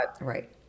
Right